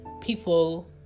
people